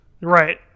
Right